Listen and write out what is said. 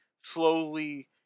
slowly